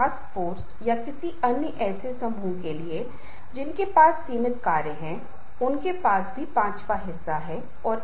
इसलिए उन्हें दर्शकों को समझना चाहिए उन्हें लोगों को समझना चाहिए और तदनुसार उन्हें रणनीति को अनुकूलित करना चाहिए और मैंने पहले ही उल्लेख किया है कि उन्हें एक अच्छा श्रोता भी होना चाहिए